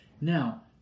Now